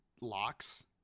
locks